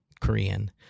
Korean